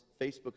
Facebook